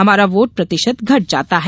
हमारा वोट प्रतिशत घट जाता है